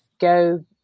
go